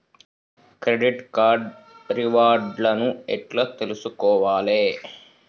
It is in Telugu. క్రెడిట్ కార్డు రివార్డ్ లను ఎట్ల తెలుసుకోవాలే?